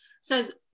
says